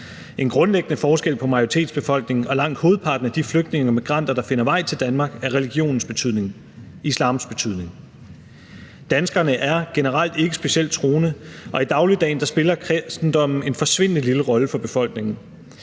En grundlæggende forskel på majoritetsbefolkningen og langt hovedparten af de flygtninge og migranter, der finder vej til Danmark, er religionens betydning, islams betydning. Danskerne er generelt ikke specielt troende, og i dagligdagen spiller kristendommen en forsvindende lille rolle for befolkningen.